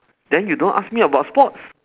then you don't ask me about sports